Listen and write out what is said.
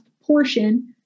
portion